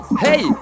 hey